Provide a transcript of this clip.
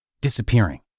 disappearing